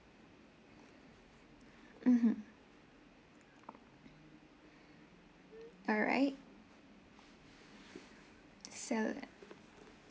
mmhmm alright salad